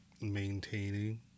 maintaining